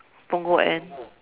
Punggol end